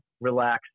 relax